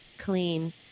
clean